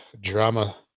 drama